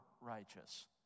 righteous